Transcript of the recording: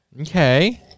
Okay